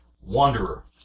Wanderer